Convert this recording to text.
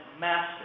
Master